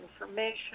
information